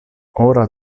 ora